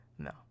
No